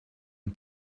and